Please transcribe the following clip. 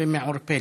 ומעורפלת.